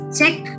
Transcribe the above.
check